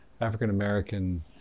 african-american